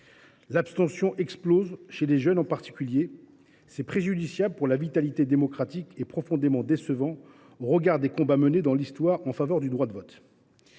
L’abstention explose, chez les jeunes en particulier. C’est préjudiciable pour la vitalité démocratique, et profondément décevant au regard des combats menés dans l’Histoire en faveur du droit de vote.